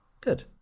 good